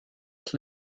just